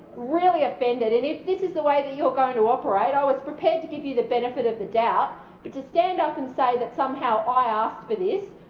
really offended and if this is the way that you're going to operate i was prepared to give you the benefit of the doubt but to stand up and say that somehow i asked for this,